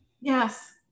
Yes